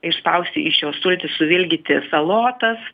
išspausti iš jo sultis suvilgyti salotas